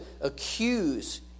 accuse